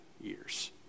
Years